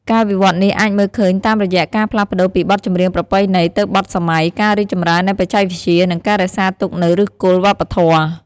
ការវិវត្តន៍នេះអាចមើលឃើញតាមរយៈការផ្លាស់ប្តូរពីបទចម្រៀងប្រពៃណីទៅបទសម័យ ការរីកចម្រើននៃបច្ចេកវិទ្យា និងការរក្សាទុកនូវឫសគល់វប្បធម៌។